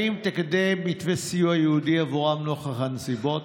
רצוני לשאול: 1. האם תקדם מתווה סיוע ייעודי עבורם נוכח הנסיבות?